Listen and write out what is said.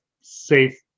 safe